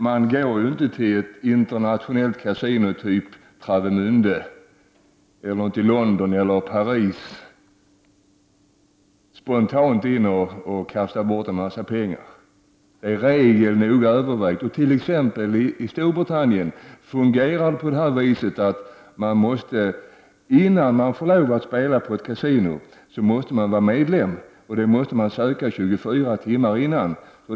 Man går inte in på ett kasino i t.ex. Travemände, London eller Paris spontant och kastar bort en massa pengar. Det är i regel noga övervägt. I t.ex. Storbritannien måste man vara medlem innan man får lov att spela på ett kasino. Medlemskap måste man söka 24 timmar innan.